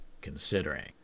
considering